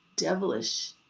devilish